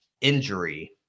injury